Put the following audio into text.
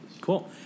Cool